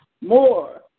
more